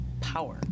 power